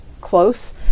close